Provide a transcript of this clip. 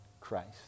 Christ